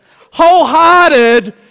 wholehearted